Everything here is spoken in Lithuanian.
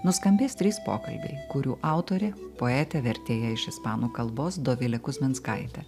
nuskambės trys pokalbiai kurių autorė poetė vertėja iš ispanų kalbos dovilė kuzminskaitė